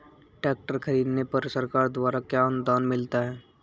Tractor खरीदने पर सरकार द्वारा क्या अनुदान मिलता है?